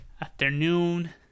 Afternoon